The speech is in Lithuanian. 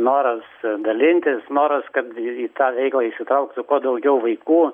noras dalintis noras kad į tą veiklą įsitrauktų kuo daugiau vaikų